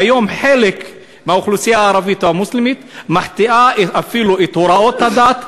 והיום חלק מהאוכלוסייה הערבית או המוסלמית מחטיאה אפילו את הוראות הדת,